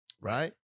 right